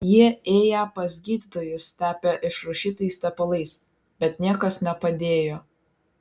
jie ėję pas gydytojus tepę išrašytais tepalais bet niekas nepadėjo